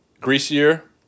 greasier